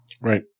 right